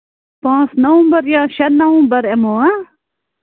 پانٛژھ نَومبر یا شیٚے نَومبر یِمو